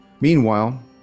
Meanwhile